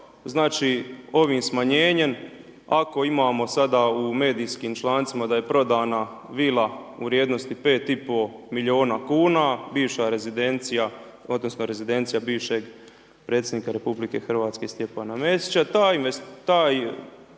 znači ovim smanjenjem, ako imamo sada u medijskim člancima da je prodana vila u vrijednosti 5,5 milijuna kn, bivša rezidencija, odnosno, rezidencija bivšeg predsjednika RH Stjepana Mesića,